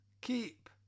keep